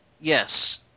Yes